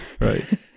Right